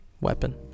Weapon